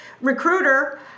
recruiter